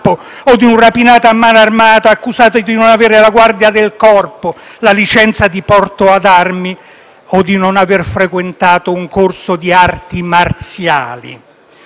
o di un rapinato a mano armata, accusato di non avere la guardia del corpo, la licenza di porto d'armi o di non aver frequentato un corso di arti marziali.